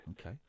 okay